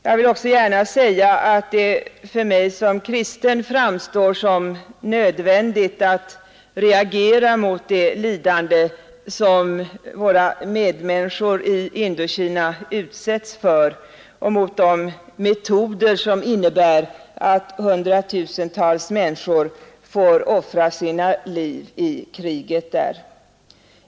Jag vill också gärna säga att det för mig som kristen framstår som nödvändigt att reagera mot det lidande som våra medmänniskor i Indokina utsätts för och mot de metoder som innebär att hundratusentals människor får offra sina liv i kriget där.